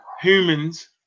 humans